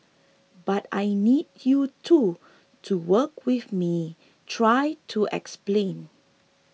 but I need you too to work with me try to explain